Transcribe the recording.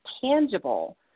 tangible